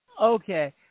Okay